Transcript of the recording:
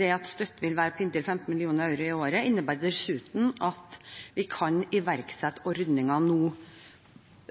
At støtten vil være på inntil 15 mill. euro i året, innebærer dessuten at vi kan iverksette ordningen